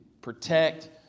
protect